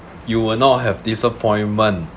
you will not have disappointment